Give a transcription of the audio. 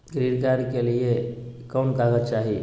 Credit card के लिए कौन कागज चाही?